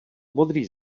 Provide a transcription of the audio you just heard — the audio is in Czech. modrý